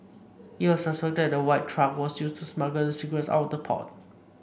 it was suspected that a white truck was used to smuggle the cigarettes out of the port